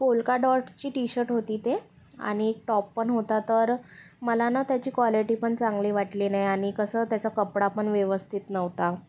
polka डॉटची T shirt होती ते आणि टॉप पण होता तर मला ना त्याची क्वालेटी पण चांगली वाटली नाही आणि कसं त्याचा कपडापण व्यवस्थित नव्हता